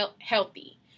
healthy